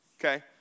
okay